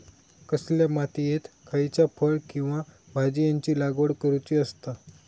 कसल्या मातीयेत खयच्या फळ किंवा भाजीयेंची लागवड करुची असता?